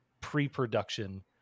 pre-production